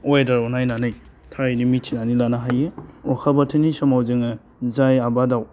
वेडाराव नायनानै थारैनो मिथिनानै लानो हायो अखा बोथोरनि समाव जोङो जाय आबादाव